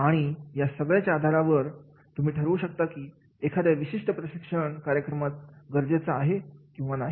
आणि या सगळ्यांचे आधारावर तुम्ही ठरवू शकता की एखाद्या विशिष्ट प्रशिक्षण कार्यक्रम गरजेचा आहे किंवा नाही